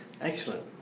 Excellent